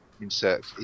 insert